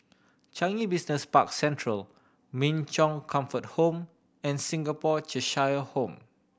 Changi Business Park Central Min Chong Comfort Home and Singapore Cheshire Home